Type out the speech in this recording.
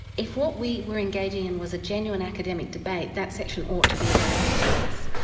if what we were engaging in was a genuine academic debate, that section ought to be available to us.